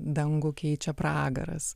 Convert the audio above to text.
dangų keičia pragaras